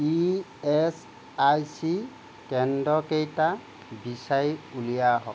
E S I C কেন্দ্ৰকেইটা বিচাৰি উলিয়াও আহক